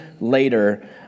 later